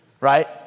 right